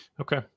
Okay